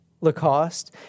Lacoste